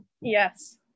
Yes